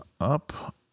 up